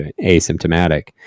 asymptomatic